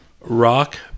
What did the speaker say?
Rock